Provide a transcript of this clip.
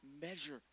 measure